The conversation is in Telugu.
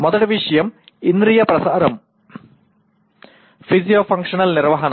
మొదటి విషయం ఇంద్రియ ప్రసారం ఫిజియో ఫంక్షనల్ నిర్వహణ